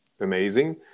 amazing